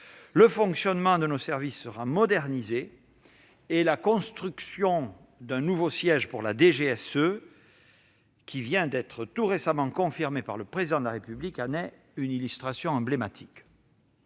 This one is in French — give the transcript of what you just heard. le fonctionnement de nos services sera modernisé : la construction du nouveau siège de la DGSE, tout récemment confirmée par le Président de la République, en est une illustration emblématique.